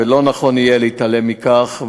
ולא נכון יהיה להתעלם מכך,